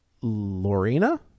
Lorena